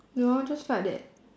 no just felt that